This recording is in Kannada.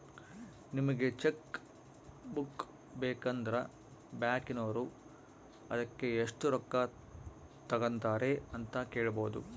ನಿಮಗೆ ಚಕ್ ಬುಕ್ಕು ಬೇಕಂದ್ರ ಬ್ಯಾಕಿನೋರು ಅದಕ್ಕೆ ಎಷ್ಟು ರೊಕ್ಕ ತಂಗತಾರೆ ಅಂತ ಕೇಳಬೊದು